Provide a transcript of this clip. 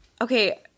okay